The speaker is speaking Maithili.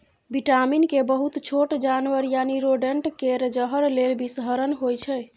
बिटामिन के बहुत छोट जानबर यानी रोडेंट केर जहर लेल बिषहरण होइ छै